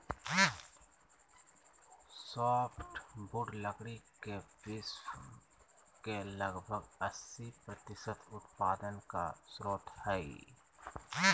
softwood लकड़ी के विश्व के लगभग अस्सी प्रतिसत उत्पादन का स्रोत हइ